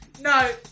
No